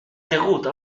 déroute